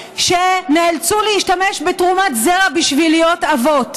שנאלצו להשתמש בתרומת זרע בשביל להיות אבות.